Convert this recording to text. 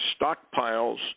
stockpiles